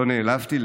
לא נעלבתי.